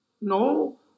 No